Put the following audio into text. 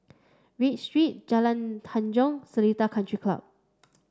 Read Street Jalan Tanjong Seletar Country Club